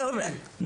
גם אני...".